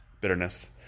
bitterness